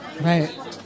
Right